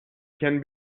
can